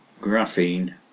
graphene